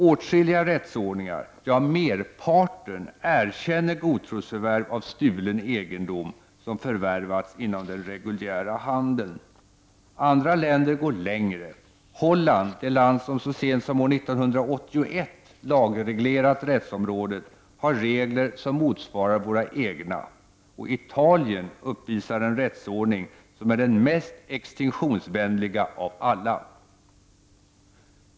Åtskilliga rättsordningar, ja merparten, erkänner godtrosförvärv av stulen egendom som förvärvats inom den reguljära handeln. Andra länder går längre. Holland, det land som så sent som år 1981 lagreglerade rättsområdet, har regler som motsvarar våra egna, och Italien uppvisar en rättsordning som är den mest exstinktionsvänliga av alla.